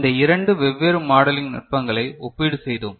இந்த இரண்டு வெவ்வேறு மாடலிங் நுட்பங்களை ஒப்பீடு செய்தோம்